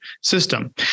system